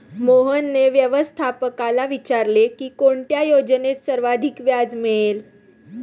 मोहनने व्यवस्थापकाला विचारले की कोणत्या योजनेत सर्वाधिक व्याज मिळेल?